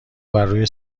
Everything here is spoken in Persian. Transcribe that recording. بروی